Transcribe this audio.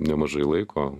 nemažai laiko